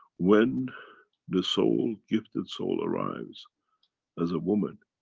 when the soul, gifted soul arrives as a woman,